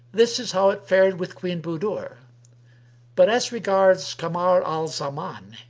this is how it fared with queen budur but as regards kamar al zaman,